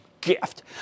gift